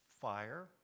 fire